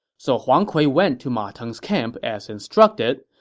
so huang kui went to ma teng's camp as instructed,